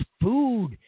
food